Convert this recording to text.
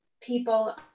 people